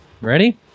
Ready